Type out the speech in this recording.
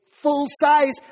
full-size